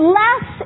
less